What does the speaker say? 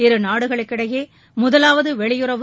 இருநாடுகளுக்கிடையே முதலாவது வெளியுறவு